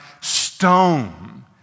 stone